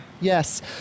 Yes